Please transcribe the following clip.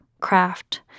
craft